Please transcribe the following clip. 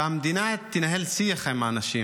שהמדינה תנהל שיח עם האנשים,